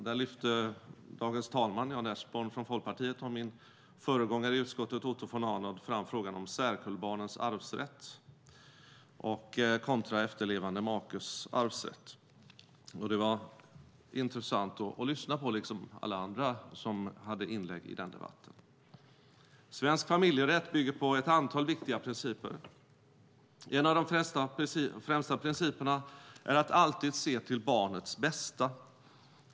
Där lyfte tredje vice talman Jan Ertsborn från Folkpartiet och min föregångare i utskottet Otto von Arnold fram frågan om särkullbarnens arvsrätt kontra efterlevande makes arvsrätt. Det var intressant att lyssna på, liksom på alla andra som gjorde inlägg i den debatten. Svensk familjerätt bygger på ett antal viktiga principer. En av de främsta principerna är att alltid se till barnets bästa.